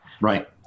Right